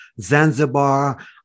Zanzibar